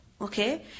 okay